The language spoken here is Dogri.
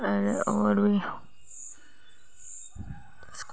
ते होर बी